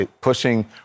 pushing